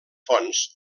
fonts